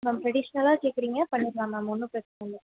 ma'am ட்ரடிஷ்னலாக கேட்குறிங்க பண்ணிரலாம் மேம் ஒன்றும் பிரச்சனை இல்லை